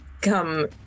come